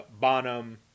bonham